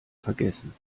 vergessen